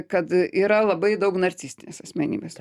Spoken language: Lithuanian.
kad yra labai daug narcistinės asmenybės